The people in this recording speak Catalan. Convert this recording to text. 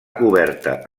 coberta